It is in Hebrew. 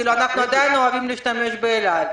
אנחנו עדיין אוהבים להשתמש באל-על.